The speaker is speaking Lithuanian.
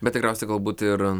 bet tikriausiai galbūt ir